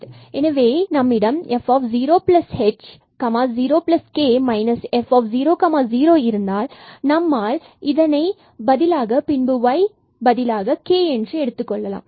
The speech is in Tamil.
எனவே இது நம்மிடம் f0h0k f00 இருந்தால் இதனை f0h0k f00க்கு பதிலாக பின்பு இங்கு yக்கு பதிலாக kஐ எடுத்துக்கொள்வோம்